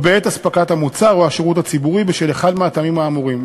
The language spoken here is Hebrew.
או בעת אספקת המוצר או השירות הציבורי בשל אחד מהטעמים האמורים.